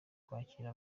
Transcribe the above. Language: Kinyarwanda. kwakira